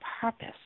purpose